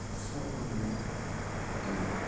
سُہ اوٚن مےٚ ٹِلَر